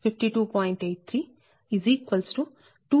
3657 23